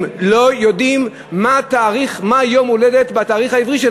לא יודעים מתי יום-ההולדת שלהם בתאריך העברי.